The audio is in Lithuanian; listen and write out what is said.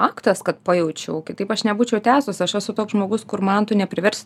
faktas kad pajaučiau kitaip aš nebūčiau tęsus aš esu toks žmogus kur man tu nepriversi